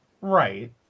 Right